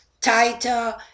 tighter